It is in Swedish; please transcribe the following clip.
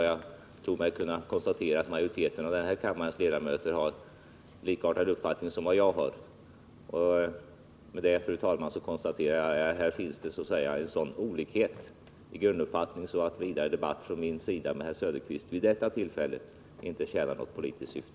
Jag tror mig kunna konstatera att majoriteten av kammarens ledamöter delar min uppfattning. Med detta, fru talman, konstaterar jag att här finns en sådan olikhet i grunduppfattningar mellan Oswald Söderqvist och mig att vidare debatt från min sida med Oswald Söderqvist vid detta tillfälle inte tjänar något politiskt syfte.